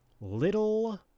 Little